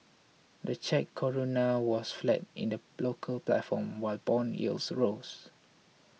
the Czech Koruna was flat in the local platform while bond yields rose